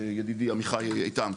ידידי עמיחי עיטם.